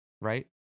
right